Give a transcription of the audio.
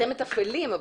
אתם מתפעלים.